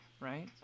right